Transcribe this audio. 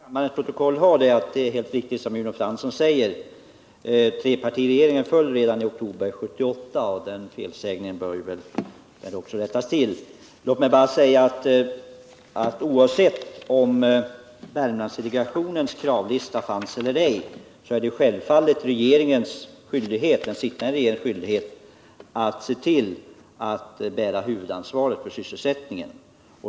Fru talman! Jag vill bara till kammarens protokoll få antecknat att det är helt riktigt som Arne Fransson säger: Trepartiregeringen föll redan i oktober 1978. Den felsägning jag gjorde mig skyldig till bör alltså rättas. Oavsett om Värmlandsdelegationens kravlista fanns eller ej, är det självfallet den sittande regeringen som bär huvudansvaret för sysselsättningen.